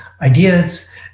ideas